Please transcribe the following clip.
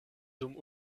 dum